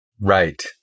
Right